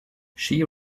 she